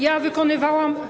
Ja wykonywałam.